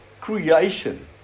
creation